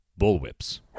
bullwhips